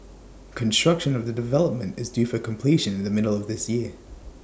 construction of the development is due for completion in the middle of this year